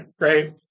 right